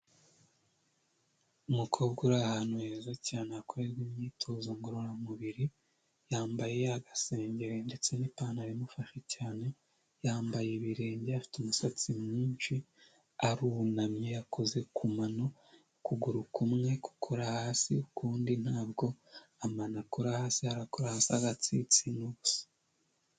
Umukobwa uri ahantu heza cyane hakorerwa imyitozo ngororamubiri yambaye agasengeri ndetse n'ipantaro imufashe cyane, yambaye ibirenge afite umusatsi mwinshi arunamye akoze ku mano ukuguru kumwe gukora hasi ukundi ntabwo akora hasi, harakora hasi agatsinsino gusa.